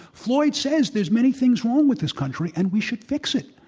floyd says there's many things wrong with this country, and we should fix it.